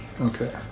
okay